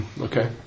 okay